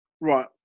Right